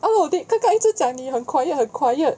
oh then 刚刚一直讲你很 quiet 很 quiet